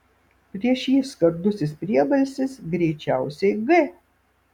prieš jį skardusis priebalsis greičiausiai g